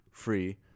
free